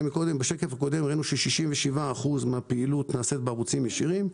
בשקף הקודם ש-67% מן הפעילות נעשית בערוצים ישירים.